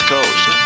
Coast